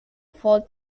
full